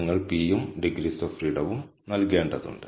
നിങ്ങൾ p യും degrees of ഫ്രീഡംയും നൽകേണ്ടതുണ്ട്